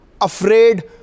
afraid